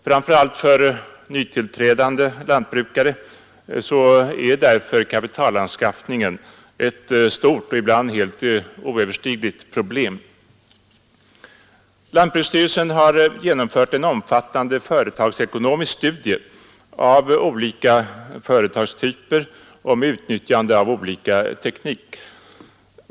Framför allt för nytillträdande lantbrukare är därför kapitalanskaffningen ett stort och ibland helt oöverstigligt problem. Lantbruksstyrelsen har genomfört en omfattande företagsekonomisk studie av olika företagstyper när det gäller utnyttjande av olika slags teknik.